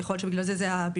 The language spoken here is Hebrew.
יכול להיות שבגלל זה היה בלבול.